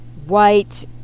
white